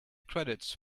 credits